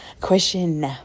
Question